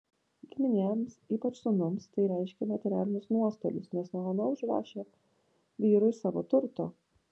giminėms ypač sūnums tai reiškė materialinius nuostolius nes ona užrašė vyrui savo turto